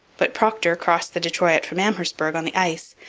but procter crossed the detroit from amherstburg on the ice,